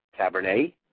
Cabernet